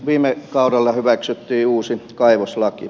viime kaudella hyväksyttiin uusi kaivoslaki